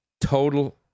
Total